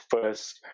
first